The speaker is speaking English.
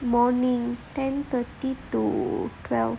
morning ten thirty to twelve